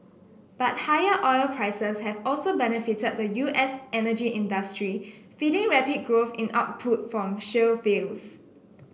but higher oil prices have also benefited the U S energy industry feeding rapid growth in output from shale fields